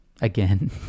again